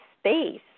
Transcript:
space